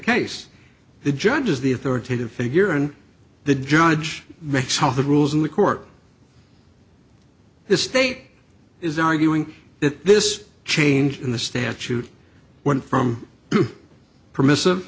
case the judge is the authoritative figure and the judge makes how the rules in the court the state is arguing that this change in the statute went from permissive